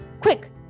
Quick